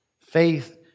Faith